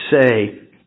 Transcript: say